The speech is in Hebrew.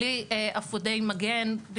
בלי אפודי מגן,